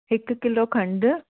अधु किलो खंड